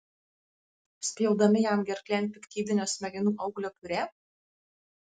spjaudami jam gerklėn piktybinio smegenų auglio piurė